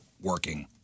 working